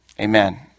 Amen